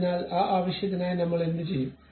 അതിനാൽ ആ ആവശ്യത്തിനായി നമ്മൾ എന്തുചെയ്യും